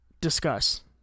Discuss